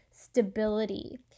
stability